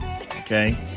Okay